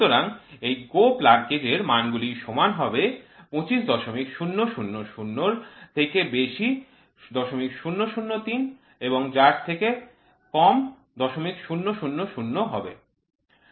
সুতরাং এই GO plug gauge র মানগুলি সমান হবে ২৫০০০ এর থেকে বেশি ০০০৩ এবং যার থেকে ০০০০ কম হবে